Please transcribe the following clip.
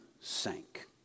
sank